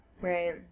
Right